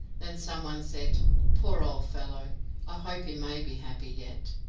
then someone said poor old fellow i hope he may be happy yet.